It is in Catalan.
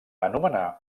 anomenar